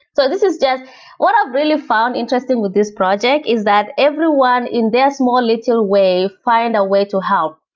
so this is just what i've really found interesting with this project is that everyone in their small little way find a way to help.